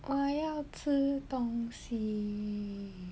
我要吃东西